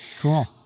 cool